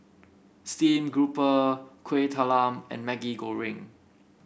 Steamed Grouper Kueh Talam and Maggi Goreng